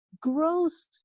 gross